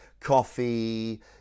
coffee